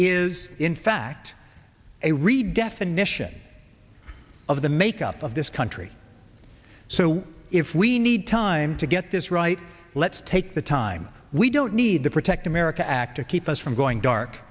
is in fact a redefinition of the makeup of this country so if we need time to get this right let's take the time we don't need the protect america act to keep us from going dark